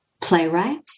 playwright